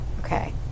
Okay